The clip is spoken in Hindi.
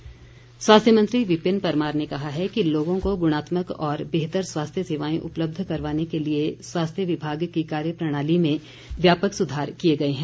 परमार स्वास्थ्य मंत्री विपिन परमार ने कहा है कि लोगों को गुणात्मक और बेहतर स्वास्थ्य सेवाएं उपलब्ध करवाने के लिए स्वास्थ्य विभाग की कार्य प्रणाली में व्यापक सुधार किए गए हैं